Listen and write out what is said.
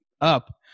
up